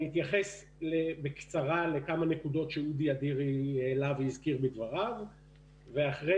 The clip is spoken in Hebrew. אני אתייחס בקצרה לכמה נקודות שאודי אדירי הזכיר בדבריו ואחרי